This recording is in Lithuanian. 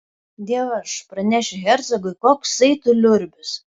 dievaž pranešiu hercogui koksai tu liurbis